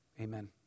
Amen